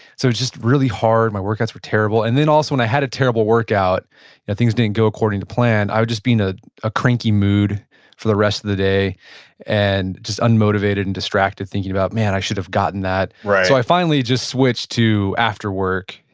so just really hard. my workouts are terrible. and then also, when i had a terrible workout and things didn't go according to plan i will just be in ah a cranky mood for the rest of the day and just unmotivated and distracted thinking about man, i should have gotten that so i finally just switched to after work,